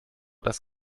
das